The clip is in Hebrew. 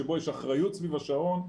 שבו יש אחריות סביב השעון,